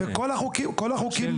וכל החוקים המשילותיים,